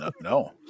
No